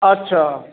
अच्छा